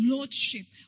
Lordship